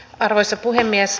arvoisa puhemies